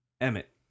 Emmet